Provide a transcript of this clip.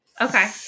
Okay